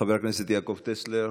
חבר הכנסת יעקב טסלר,